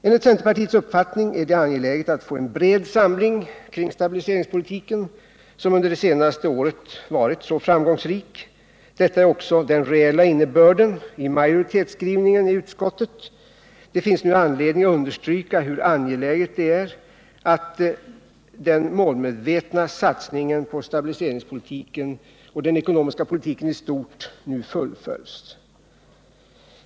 Enligt centerpartiets uppfattning är det angeläget att få en bred samling kring den stabiliseringspolitik som under det senaste året varit så framgångsrik. Detta är också den reella innebörden i majoritetsskrivningen i utskottet. Det finns anledning understryka hur angeläget det är att den målmedvetna satsningen på stabiliseringspolitiken och den ekonomiska politiken i stort nu fullföljs.